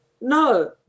no